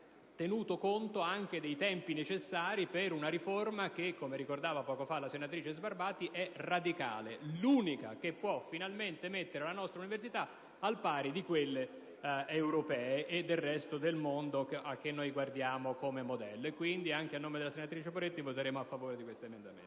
tenuto conto anche dei tempi necessari per una riforma che, come ricordava poco fa la senatrice Sbarbati, è radicale ed è l'unica che può finalmente mettere la nostra università alla pari di quelle europee e del resto del mondo, a cui guardiamo come modello. Pertanto, anche a nome della senatrice Poretti, dichiaro che voteremo a favore di questo emendamento